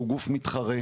שהוא גוף מתחרה,